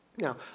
Now